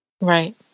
Right